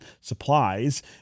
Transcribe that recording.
supplies